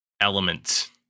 element